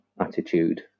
attitude